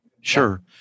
Sure